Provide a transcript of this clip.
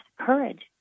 courage